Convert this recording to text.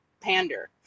pander